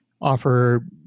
offer